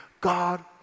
God